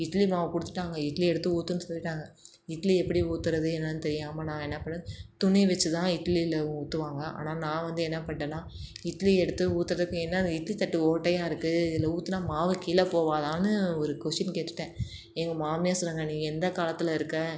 இட்லி மாவு கொடுத்துட்டாங்க இட்லி எடுத்து ஊற்றுன்னு சொல்லிவிட்டாங்க இட்லி எப்படி ஊற்றுறது என்னன்னு தெரியாமல் நான் என்ன பண்ணேன் துணி வச்சு தான் இட்லியில் ஊற்றுவாங்க ஆனால் நான் வந்து என்ன பண்ணிட்டேன்னா இட்லியை எடுத்து ஊற்றுறதுக்கு என்ன இது இட்லி தட்டு ஓட்டையாக இருக்குது இதில் ஊற்றினா மாவு கீழே போகாதானு ஒரு கொஸ்டின் கேட்டுவிட்டேன் எங்கள் மாமியார் சொன்னாங்க நீ எந்தக் காலத்தில் இருக்கே